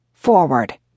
forward